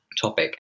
topic